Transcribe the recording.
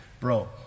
Bro